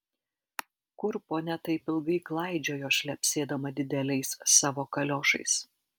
kur ponia taip ilgai klaidžiojo šlepsėdama dideliais savo kaliošais